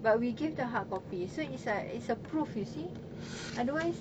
but we give the hard copy so it's a it's a proof you see otherwise